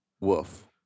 Woof